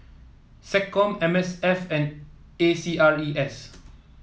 SecCom M S F and A C R E S